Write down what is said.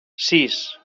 sis